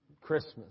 Christmas